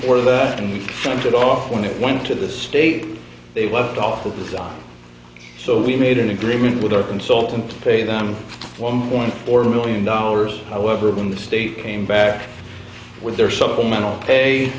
left and we sent it off when it went to the state they left office on so we made an agreement with our consultant to pay them one point four million dollars however when the state came back with their supplemental